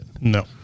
No